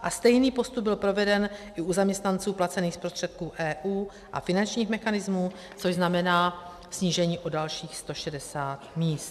A stejný postup byl proveden i u zaměstnanců placených z prostředků EU a finančních mechanismů, což znamená snížení o dalších 160 míst.